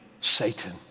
Satan